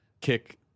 kick